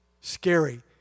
scary